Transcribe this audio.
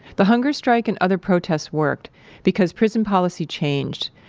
the hunger strike and other protests worked because prison policy changed.